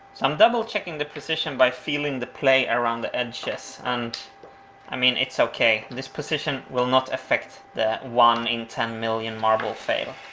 so i'm double checking the position by feeling the play around the edges and i mean it's okay. this position will not affect the one in ten million marble fail.